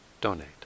donate